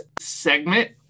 segment